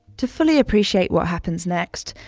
to fully appreciate what happens next,